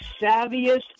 savviest